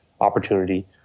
opportunity